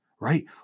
right